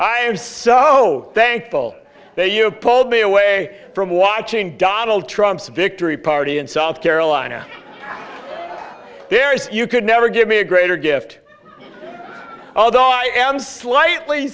i am so thankful that you pulled me away from watching donald trump's victory party in south carolina there is you could never give me a greater gift although i am slightly